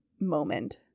moment